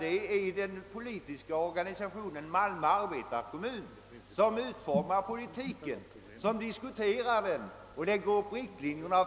Det är den politiska organisationen Malmö arbetarkommun som diskuterar, lägger upp riktlinjerna för och fastställer politiken.